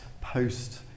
post